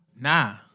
Nah